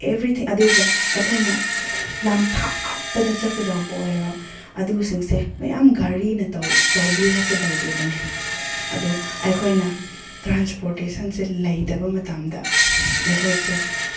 everything ꯑꯗꯨꯒ ꯑꯩꯈꯣꯏꯅ ꯂꯝ ꯊꯥꯞꯄꯗ ꯆꯠꯀꯗꯧꯕ ꯑꯣꯏꯔꯣ ꯑꯗꯨꯁꯤꯡꯁꯦ ꯃꯌꯥꯝ ꯒꯥꯔꯤꯅ ꯇꯧꯕꯤꯔꯛꯀꯗꯧꯔꯤꯕꯅꯦ ꯑꯗꯨ ꯑꯩꯈꯣꯏꯅ ꯇ꯭ꯔꯥꯟꯁꯄꯣꯔꯇꯦꯁꯟꯁꯦ ꯂꯩꯇꯕ ꯃꯇꯝꯗ ꯑꯩꯈꯣꯏꯁꯦ